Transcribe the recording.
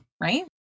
right